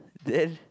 then